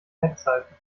webseiten